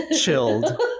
chilled